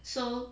so